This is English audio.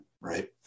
right